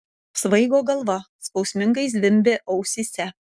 svaigo galva skausmingai zvimbė ausyje